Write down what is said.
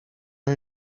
her